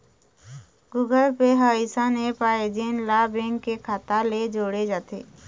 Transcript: Google Pay ह अइसन app आय जेन ला बेंक के खाता ले जोड़े जाथे